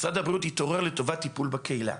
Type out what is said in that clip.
משרד הבריאות התעורר לטובת טיפול בקהילה.